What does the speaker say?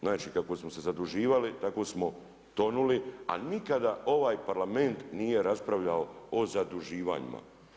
Znači kako smo se zaduživali tako smo tonuli a nikada ovaj Parlament nije raspravljao o zaduživanjima.